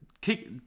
kick